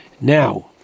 Now